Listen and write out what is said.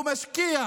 הוא משקיע